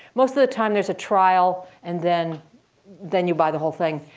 most the the time there's a trial and then then you buy the whole thing.